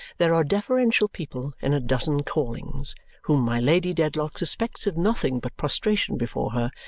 there are deferential people in a dozen callings whom my lady dedlock suspects of nothing but prostration before her,